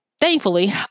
thankfully